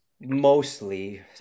mostly